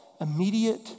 immediate